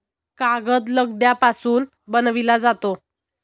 कागद लगद्यापासून बनविला जातो